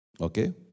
Okay